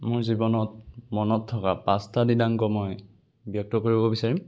মোৰ জীৱনত মনত থকা পাঁচটা দিনাংক মই ব্যক্ত কৰিব বিচাৰিম